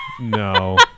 no